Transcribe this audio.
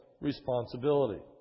responsibility